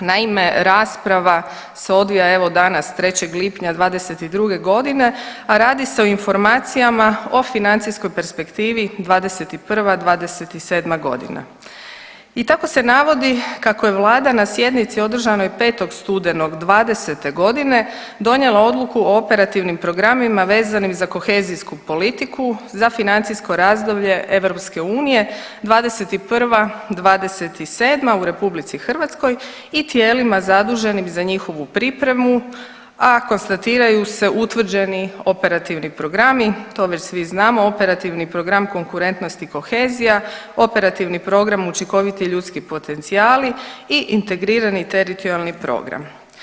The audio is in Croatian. Naime, rasprava se odvija, evo, danas, 3. lipnja '22. g., a radi se o informacijama o Financijskoj perspektivi '21.-'27. g. I tako se navodi kako je Vlada na sjednici održanoj 5. studenog '20. g. donijela Odluku o operativnim programima vezanim za kohezijsku politiku za financijsko razdoblje EU '21.-'27. u RH, i tijelima zaduženim za njihovu pripremu, a konstatiraju se utvrđeni operativni programi, to već svi znamo, Operativni program konkurentnost i kohezija, Operativni program učinkoviti ljudski potencijali i Integrirani teritorijalni program.